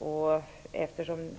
i ersättning.